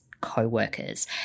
co-workers